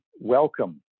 welcome